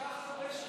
כל כך הרבה שקרים.